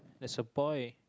there's a boy